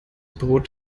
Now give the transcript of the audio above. brot